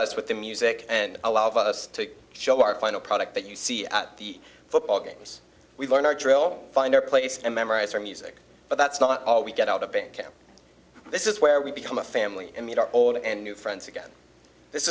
us with the music and allowed us to show our final product that you see at the football games we learn our drill find our place and memorize our music but that's not all we get out of band camp this is where we become a family and meet our old and new friends again this